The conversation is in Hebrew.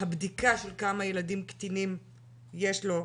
הבדיקה של כמה ילדים קטינים יש לו,